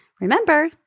Remember